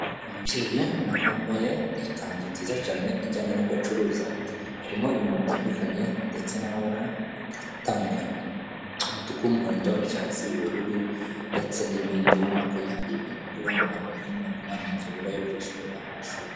Umubyeyi ubona ko yambaye ikanzu nziza cyane ijyanye n'ibyo acuruza, harimo ibintu bitandukanye ndetse n'amabara atandukanye, umutuku, umuhondo, icyatsi, ubururu, ndetse n'ibindi, ubonako yihangiye imirimo avuga ngo ntabwo nakwemera ko umwana wanjye abura ayo kwishyurirwa ishuri.